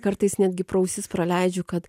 kartais netgi pro ausis praleidžiu kad